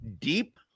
deep